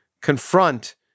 confront